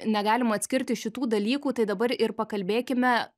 negalima atskirti šitų dalykų tai dabar ir pakalbėkime